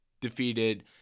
defeated